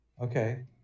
Okay